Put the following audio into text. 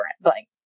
blank